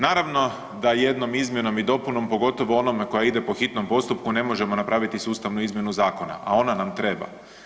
Naravno da jednom izmjenom i dopunom pogotovo onom koja ide po hitnom postupku ne možemo napraviti sustavu izmjenu zakona, a ona nam treba.